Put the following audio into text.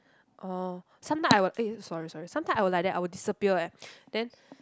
oh sometime I will eh sorry sorry sometime I will like that I will disappear eh then